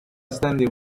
steady